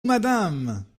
madame